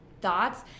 thoughts